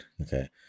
okay